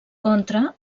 contra